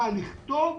מה לכתוב,